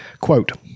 quote